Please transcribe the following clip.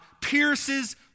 pierces